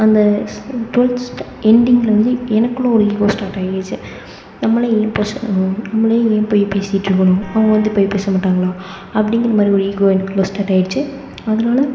அந்த டொல்த் எண்டிங்கில் வந்து எனக்குள்ளே ஒரு ஈகோ ஸ்டார்ட் ஆகிச்சி நம்மளே பேசனு நம்மளே ஏன் போய் பேசிட்யிருக்கணும் அவங்க வந்து போய் பேச மாட்டாங்களா அப்படிங்கற மாதிரி ஒரு ஈகோ எனக்குள்ளே ஸ்டார்ட் ஆயிடுச்சி அதனால